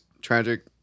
tragic